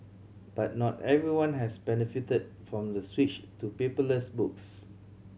but not everyone has benefited from the switch to paperless books